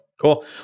Cool